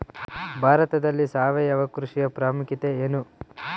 ಭಾರತದಲ್ಲಿ ಸಾವಯವ ಕೃಷಿಯ ಪ್ರಾಮುಖ್ಯತೆ ಎನು?